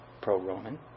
pro-Roman